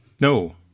no